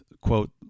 quote